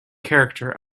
character